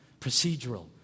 procedural